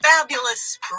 fabulous